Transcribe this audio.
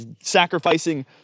sacrificing